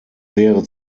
wäre